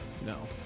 No